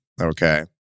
Okay